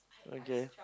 okay